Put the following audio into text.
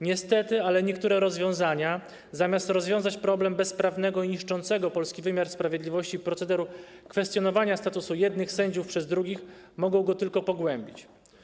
Niestety, ale niektóre rozwiązania, zamiast rozwiązać problem bezprawnego i niszczącego polski wymiar sprawiedliwości procederu kwestionowania statusu jednych sędziów przez drugich, mogą go tylko pogłębić.